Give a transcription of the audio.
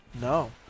No